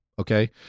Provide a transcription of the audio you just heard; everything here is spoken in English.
Okay